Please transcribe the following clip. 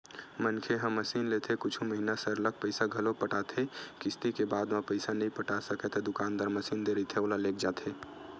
मनखे ह मसीनलेथे कुछु महिना सरलग पइसा घलो पटाथे किस्ती के बाद म पइसा नइ पटा सकय ता दुकानदार मसीन दे रहिथे ओला लेग जाथे